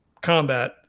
combat